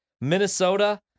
Minnesota